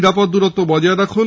নিরাপদ দূরত্ব বাজয় রাখুন